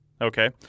Okay